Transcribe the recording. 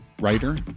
writer